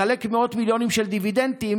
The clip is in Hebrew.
לחלק מאות מיליונים של דיבידנדים